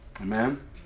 Amen